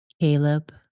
Caleb